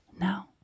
now